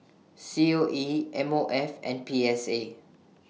C O E M O F and P S A